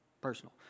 personal